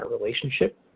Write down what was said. relationship